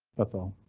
that's all.